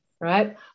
right